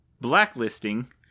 Blacklisting